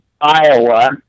Iowa